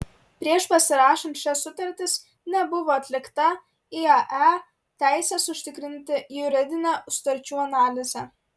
prieš pasirašant šias sutartis nebuvo atlikta iae teises užtikrinanti juridinė sutarčių analizė